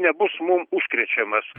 nebus mum užkrečiamas